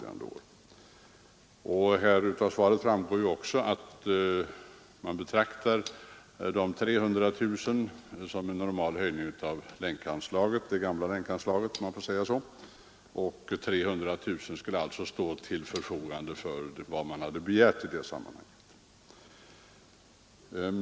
Av svaret framgår också att man betraktar de 300 000 kronorna som en normal höjning av det gamla Länkanslaget, och 300000 kronor skulle alltså stå till förfogande i detta sammanhang för frivilliga organisationers arbete.